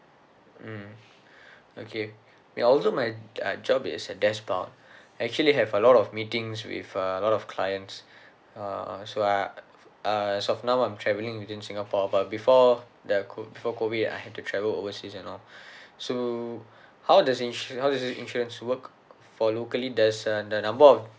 mm okay although my uh job is a deskbound actually have a lot of meetings with uh a lot of clients uh so I as of now I'm travelling within singapore but before the COVID before COVID I had to travel overseas you know so how does insure how does the insurance work for locally does uh the number of